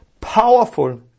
powerful